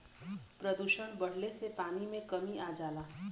प्रदुषण बढ़ले से पानी में कमी आ जाला